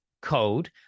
Code